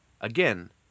Again